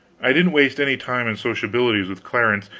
i didn't waste any time in sociabilities with clarence,